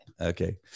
Okay